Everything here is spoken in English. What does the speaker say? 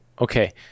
Okay